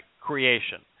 creation